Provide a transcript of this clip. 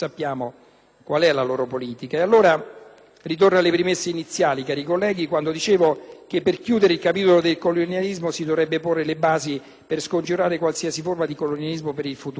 ai clandestini! E allora ritorno alle premesse iniziali, cari colleghi, quando dicevo che per chiudere il capitolo del colonialismo si dovrebbe porre le basi per scongiurare qualsiasi forma di colonialismo per il futuro,